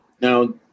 now